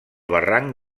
barranc